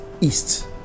east